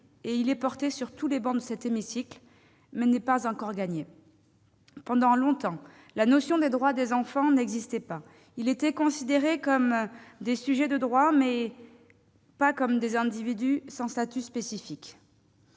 Il est mené sur toutes les travées de cet hémicycle, mais il n'est pas encore gagné. Pendant longtemps, la notion de droit des enfants n'existait pas. Ceux-ci étaient considérés non pas comme des sujets de droit, mais comme des individus sans statut spécifique.